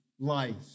life